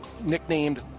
nicknamed